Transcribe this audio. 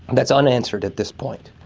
and that's unanswered at this point.